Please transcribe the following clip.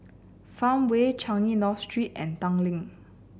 Farmway Changi North Street and Tanglin